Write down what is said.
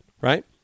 right